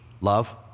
Love